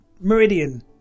Meridian